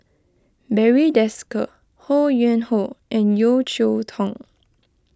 Barry Desker Ho Yuen Hoe and Yeo Cheow Tong